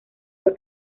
fue